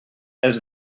els